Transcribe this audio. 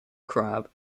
crab